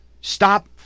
Stop